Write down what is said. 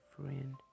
friend